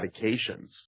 medications